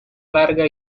larga